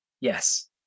Yes